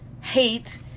hate